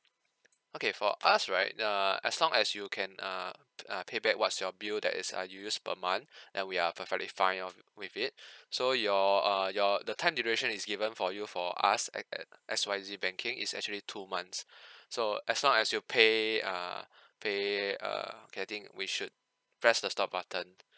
okay for us right err as long as you can uh uh pay back what's your bill that is uh you use per month then we are perfectly fine off with it so your err your the time duration is given for you for us at at X Y Z banking is actually two months so as long as you pay uh pay uh okay I think we should press the stop button